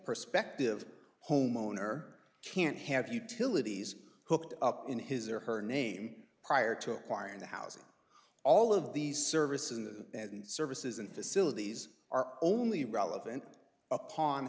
perspective homeowner can have utilities hooked up in his or her name prior to acquiring the housing all of these services in the services and facilities are only relevant upon